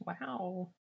Wow